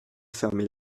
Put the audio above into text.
fermer